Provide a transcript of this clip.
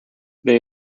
they